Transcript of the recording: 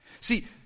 See